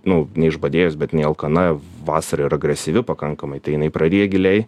nu neišbadėjus bet jinai alkana vasarą ir agresyvi pakankamai tai jinai praryja giliai